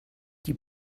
die